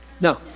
No